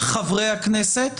חברי הכנסת,